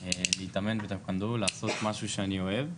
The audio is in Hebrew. להתאמן בטקוונדו, לעשות משהו שאני אוהב.